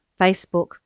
Facebook